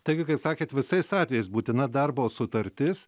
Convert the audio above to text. taigi kaip sakėte visais atvejais būtina darbo sutartis